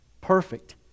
perfect